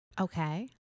okay